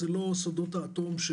זה לא סודות האטום.